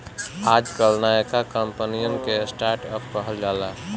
आजकल नयका कंपनिअन के स्टर्ट अप कहल जाला